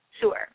Sure